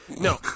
No